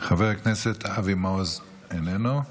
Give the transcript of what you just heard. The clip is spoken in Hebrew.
חבר הכנסת אבי מעוז, איננו.